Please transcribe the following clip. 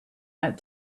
out